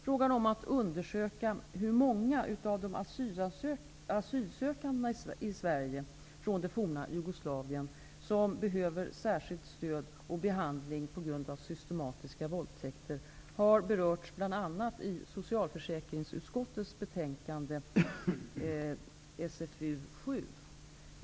Frågan om att undersöka hur många av de asylsökandena i Sverige från det forna Jugoslavien som behöver särskilt stöd och behandling på grund av systematiska våldtäkter har berörts bl.a. i socialförsäkringsutskottets betänkande 1992/93:SfU7.